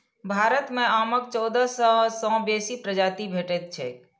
भारत मे आमक चौदह सय सं बेसी प्रजाति भेटैत छैक